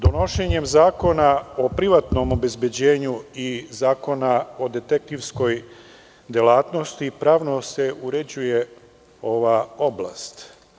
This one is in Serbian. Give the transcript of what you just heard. Donošenjem zakona o privatnom obezbeđenju i zakona o detektivskoj delatnosti pravno se uređuje ova oblast.